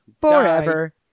forever